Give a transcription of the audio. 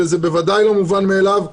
וזה בוודאי לא מובן מאליו,